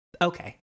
Okay